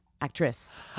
actress